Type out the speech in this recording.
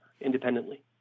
independently